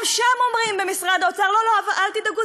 גם שם אומרים במשרד האוצר: אל תדאגו,